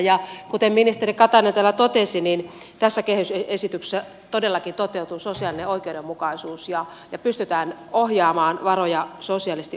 ja kuten ministeri katainen täällä totesi niin tässä kehysesityksessä todellakin toteutuu sosiaalinen oikeudenmukaisuus ja pystytään ohjaamaan varoja sosiaalisesti oikeudenmukaisesti